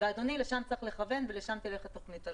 ולשם צריך לכוון ולשם תלך התוכנית הלאומית.